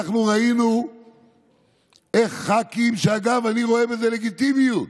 ראינו איך ח"כים, אגב, אני רואה בזה לגיטימיות.